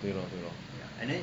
对 lor 对 lor